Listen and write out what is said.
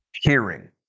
hearing